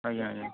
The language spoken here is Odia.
ଆଜ୍ଞା ଆଜ୍ଞା